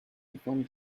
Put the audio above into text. inform